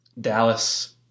Dallas